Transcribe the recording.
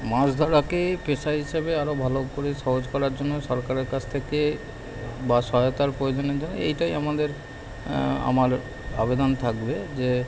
মাছ ধরাকে পেশা হিসাবে আরও ভালো করে সহজ করার জন্য সরকারের কাছ থেকে বা সহায়তার প্রয়োজন অনুযায়ী এটাই আমাদের আমার আবেদন থাকবে যে